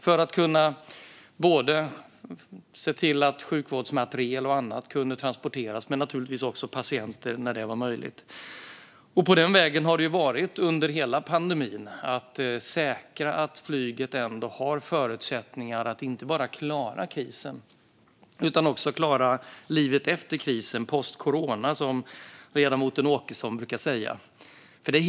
Det handlade om att kunna transportera sjukvårdsmateriel och ibland även patienter. På denna väg har det varit under hela pandemin. Det har handlat om att säkra att flyget har förutsättningar att inte bara klara krisen utan även livet efter krisen, "post corona", som ledamoten Åkesson brukar säga.